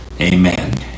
amen